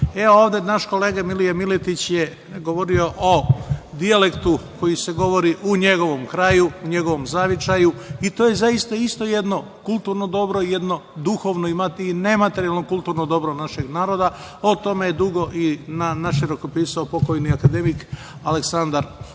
Ovde naš kolega Milija Miletić je govorio o dijalektu koji se govori u njegovom kraju, u njegovom zavičaju. To je isto jedno kulturno dobro, jedno duhovno i nematerijalno kulturno dobro našeg naroda, a o tome je dugo i naširoko pisao pokojni akademik Aleksandar Mladenović